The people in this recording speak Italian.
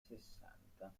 sessanta